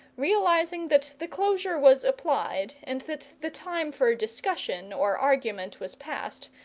realizing that the closure was applied, and that the time for discussion or argument was past,